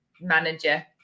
manager